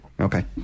Okay